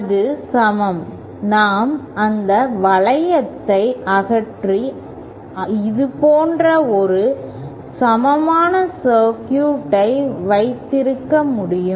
அது சமம் நாம் அந்த வளையத்தை அகற்றி இது போன்ற ஒரு சமமான சர்க்யூட் ஐ வைத்திருக்க முடியும்